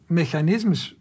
mechanismes